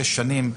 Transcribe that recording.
שש שנים,